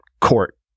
court